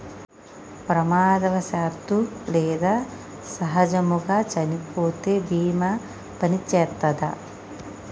ప్రమాదవశాత్తు లేదా సహజముగా చనిపోతే బీమా పనిచేత్తదా?